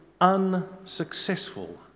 unsuccessful